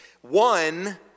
One